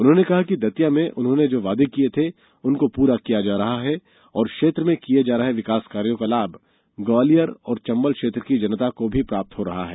उन्होंने कहा कि दतिया में उन्होंने जो वादे किये थे उनको पूरा किया जा रहा है और क्षेत्र में किये जा रहे विकासकार्यों का लाभ ग्वालियर और चंबल क्षेत्र की जनता को भी प्राप्त हो रहा हैं